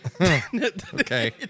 Okay